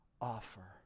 offer